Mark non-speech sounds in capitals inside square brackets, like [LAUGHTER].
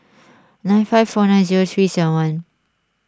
[NOISE] nine five four nine zero three seven